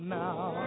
now